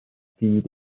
feed